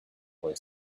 boy